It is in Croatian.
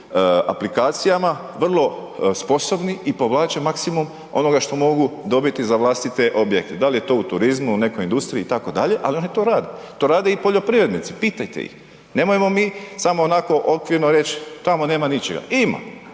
aplikacijama vrlo sposobni i povlače maksimum onoga što mogu dobiti za vlastite objekte, da li je to u turizmu, u nekoj industriji itd., ali oni to rade. To rade i poljoprivrednici, pitajte ih. Nemojmo mi samo onako okvirno reći tamo nema ničega, ima,